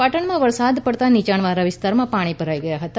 પાટણમાં વરસાદ પડતા નીયાણવાળા વિસ્તારોમાં પાણી ભરાઈ ગયા હતા